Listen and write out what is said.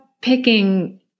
picking